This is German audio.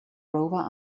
rover